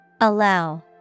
Allow